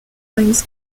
finds